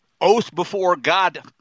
oath-before-God